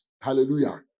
Hallelujah